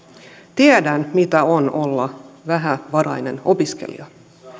tiedän mitä on olla vähävarainen opiskelija